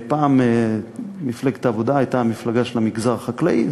פעם מפלגת העבודה הייתה המפלגה של המגזר החקלאי,